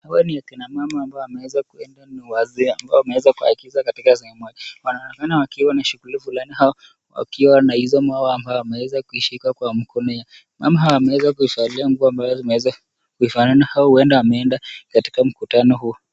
Hawa ni akina mama ambao wameweza kuwa ni wazee ambao wameweza kuigiza katika sehemu hii. Wanaonekana wakiwa na shughuli fulani au wakiwa na hizo maua ambao wameweza kuishika kwa mikono yao. Mama hawa wameweza kuivalia nguo ambazo zimeweza kuifanana au huenda wameenda katika mkutano huo.